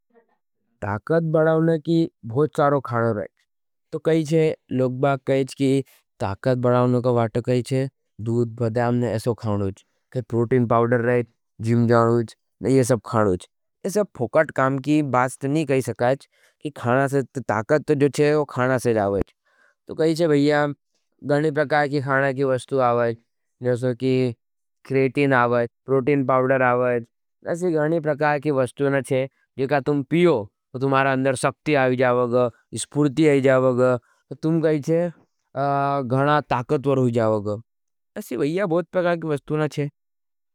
ताकत बड़ावने की भोचारो खाणो रहें। तो कही छे, लोगबाग कही छी की ताकत बड़ावनो का वात कही छे दूध, भद्याम ने ऐसो खाणो हज। के प्रोटीन पाउडर रहें, जिम जानो हज। नहीं ये सब खाणो हज। यह सब फोकट काम की बात नी करच। की जो ताक़त हज वा खाने से जावट। तो भैया घनी प्रकार की खाने की वस्तु अवच । जैसे की क्रिएटिन आवत, प्रोटीन पाउडर आवत। ऐसे घने प्रकार की वस्तु छे जिन्हें तुम पियो। तो तुम्हारे अंदर शक्ति आ जावेगा, स्फूर्ति आ जावेगा। तुम कई छे घना ताकतवर होई जावेगो। ऐसी भैया बहुत प्रकार की वस्तु छे।